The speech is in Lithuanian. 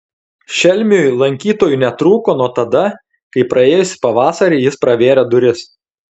šelmiui lankytojų netrūko nuo tada kai praėjusį pavasarį jis pravėrė duris